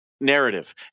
narrative